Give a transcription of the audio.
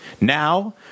now